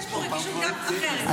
מצטערת,